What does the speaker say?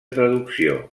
traducció